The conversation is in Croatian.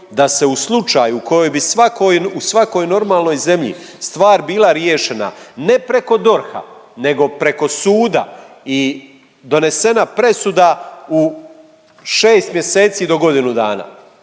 da se u slučaju u kojoj bi u svakoj normalnoj zemlji stvar bila riješena, ne preko DORH-a nego preko suda i donesena presuda u šest mjeseci do godinu dana